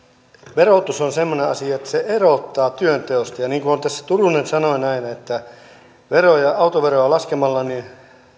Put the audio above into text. verotus on semmoinen asia että se erottaa työnteosta niin kuin turunen sanoi että autoveroa laskemalla